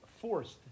forced